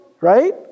right